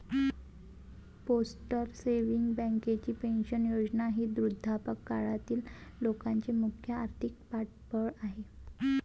postal savings बँकेची pension योजना ही वृद्धापकाळातील लोकांचे मुख्य आर्थिक पाठबळ आहे